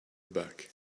back